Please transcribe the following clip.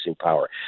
power